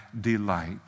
delight